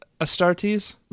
Astartes